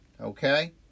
Okay